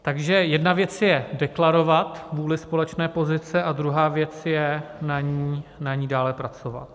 Takže jedna věc je deklarovat vůli společné pozice a druhá věc je na ní dále pracovat.